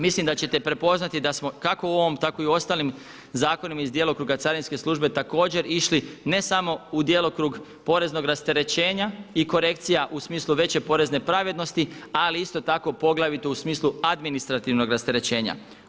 Mislim da ćete prepoznati da smo kako u ovom tako i u ostalim zakonima iz djelokruga carinske službe također išli ne samo u djelokrug poreznog rasterećenja i korekcija u smislu veće porezne pravednosti ali isto tako poglavito u smislu administrativnog rasterećenja.